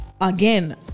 again